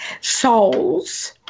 souls